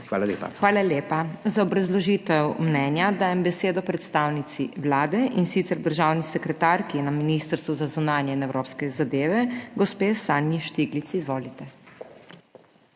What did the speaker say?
HOT:** Hvala lepa. Za obrazložitev mnenja dajem besedo predstavnici Vlade, in sicer državni sekretarki na Ministrstvu za zunanje in evropske zadeve, gospe Sanji Štiglic. Izvolite.